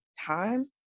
time